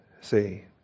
See